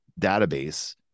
database